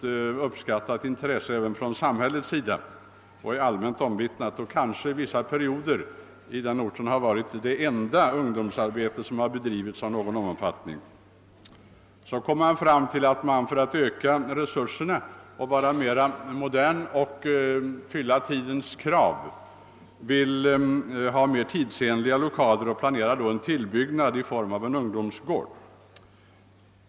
Arbetet har också rönt stor uppskattning från samhällets sida och har åtminstone tidvis varit det enda ungdomsarbete av någon omfattning som förekommit i orten. Nu har man i denna lilla organisation beslutat att modernisera sina lokaler och göra dem mera tidsenliga. Därför har man planerat att bygga till en ungdomsgård.